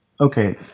Okay